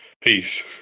peace